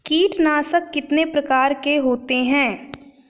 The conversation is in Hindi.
कीटनाशक कितने प्रकार के होते हैं?